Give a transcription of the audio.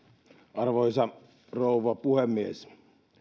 arvoisa rouva puhemies